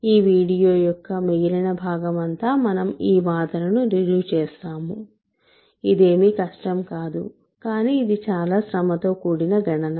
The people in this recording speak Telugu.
ఈ వీడియో యొక్క మిగిలిన భాగం అంతా మనం ఈ వాదనను రుజువు చేస్తాము ఇదేమి కష్టం కాదు కానీ ఇది చాలా శ్రమతో కూడిన గణన